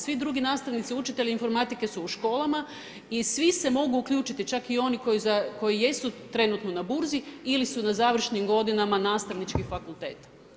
Svi drugi nastavnici, učitelji informatike su u školama i svi se mogu uključiti, čak i oni koji jesu trenutno na burzi ili su na završnim godinama nastavnički fakultet.